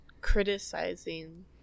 criticizing